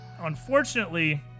Unfortunately